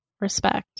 respect